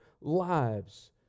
lives